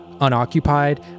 unoccupied